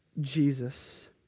Jesus